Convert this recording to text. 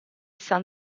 san